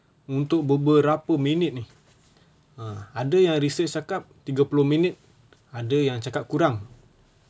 untuk beberapa minit ini ah ada yang research cakap tiga puluh minit ada yang cakap kurang